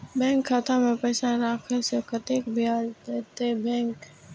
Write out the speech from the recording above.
Bank खाता में पैसा राखे से कतेक ब्याज देते बैंक?